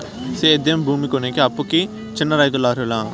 సేద్యం భూమి కొనేకి, అప్పుకి చిన్న రైతులు అర్హులా?